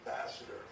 ambassador